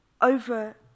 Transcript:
Over